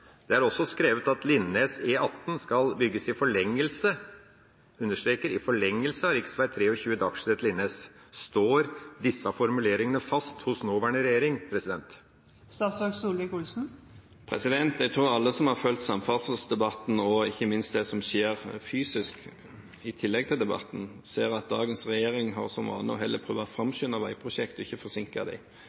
understreker i forlengelse – av rv. 23 Dagslett–Linnes. Står disse formuleringene fast hos nåværende regjering? Jeg tror at alle som har fulgt samferdselsdebatten og ikke minst det som skjer fysisk i tillegg til debatten, ser at dagens regjering har som vane å prøve å framskynde veiprosjekt og ikke forsinke